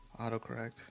Autocorrect